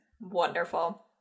Wonderful